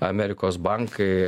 amerikos bankai